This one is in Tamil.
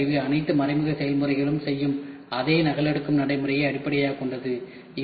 மறைமுக கருவி அனைத்து மறைமுக செயல்முறைகளும் செய்யும் அதே நகலெடுக்கும் நடைமுறையை அடிப்படையாகக் கொண்டது